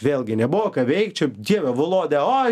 vėlgi nebuvo ką veikt čia dieve volodia ai